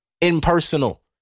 impersonal